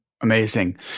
Amazing